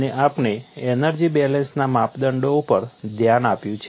અને આપણે એનર્જી બેલેન્સના માપદંડો ઉપર ધ્યાન આપ્યું છે